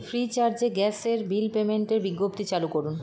Freecharge এ gas এর bill পেমেন্টের বিজ্ঞপ্তি চালু করুন